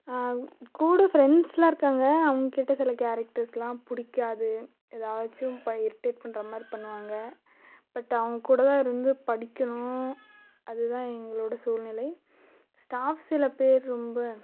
கூட ஃப்ரெண்ட்ஸ்லாம் இருக்காங்க அவங்கிட்ட சில கேரக்டர்ஸ்லாம் பிடிக்காது எதாச்சும் பா இரிட்டேட் பண்ணுற மாதிரி பண்ணுவாங்க பட் அவங்கூட தான் இருந்து படிக்கணும் அது தான் எங்களோட சூழ்நிலை ஸ்டாஃப் சில பேர் ரொம்ப